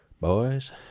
Boys